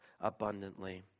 abundantly